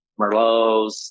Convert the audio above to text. merlots